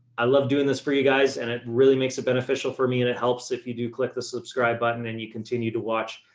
i love doing this for you guys. and it really makes it beneficial for me. and it helps if you do click the subscribe button and you continue to watch,